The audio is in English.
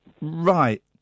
right